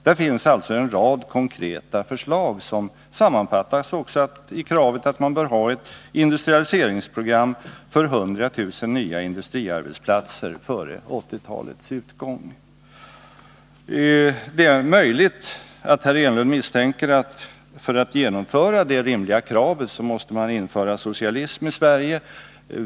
Det finns alltså en rad konkreta förslag, som också sammanfattas i kravet att man bör ha ett industriprogram för 100 000 nya industriarbeten före 1980-talets utgång. Det är möjligt att herr Enlund misstänker att man för att kunna uppfylla dessa rimliga krav måste införa socialism i Sverige.